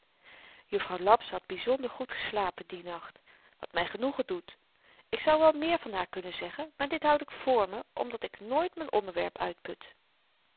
juffrouw laps had byzonder goed geslapen dien nacht wat my genoegen doet ik zou wel meer van haar kunnen zeggen maar dit houd ik vr me omdat ik nooit m'n onderwerp uitput